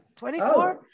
24